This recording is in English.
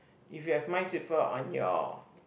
if you have Minesweeper on your